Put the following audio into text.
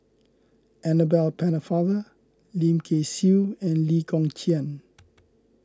Annabel Pennefather Lim Kay Siu and Lee Kong Chian